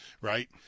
right